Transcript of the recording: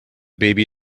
baby